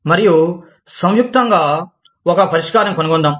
మరియు సంయుక్తంగా ఒక పరిష్కారం కనుగొందాం